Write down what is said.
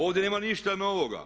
Ovdje nema ništa novoga.